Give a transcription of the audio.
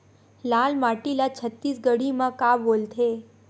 लाल माटी ला छत्तीसगढ़ी मा का बोलथे?